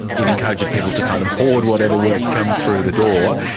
it encourages people to kind of hoard whatever work comes through the door,